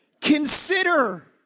Consider